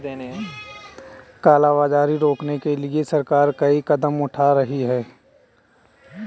काला बाजारी रोकने के लिए सरकार कई कदम उठा रही है